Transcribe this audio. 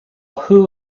who